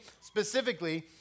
specifically